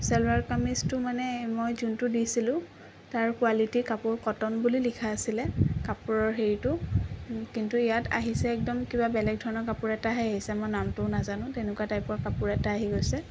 চেলোৱাৰ কামিজটো মানে মই যোনটো দিছিলোঁ তাৰ কোৱালিটি কাপোৰ কটন বুলি লিখা আছিলে কাপোৰৰ হেৰিটো কিন্তু ইয়াত আহিছে একদম কিবা বেলেগ ধৰণৰ কাপোৰ এটাহে আহিছে মই নামটোও নাজানো তেনেকুৱা টাইপৰ কাপোৰ এটা আহি গৈছে